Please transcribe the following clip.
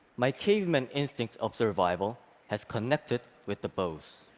my caveman instinct of survival has connected with the bows.